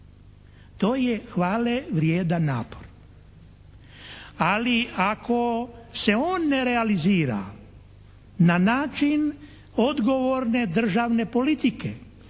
to je hvale vrijedan napor. Ali ako se on ne realizira na način odgovorne državne politike